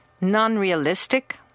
non-realistic